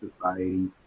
society